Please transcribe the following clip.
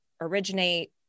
originate